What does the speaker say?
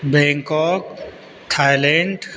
Bangkok Thailand